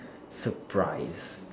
surprised